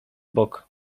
bok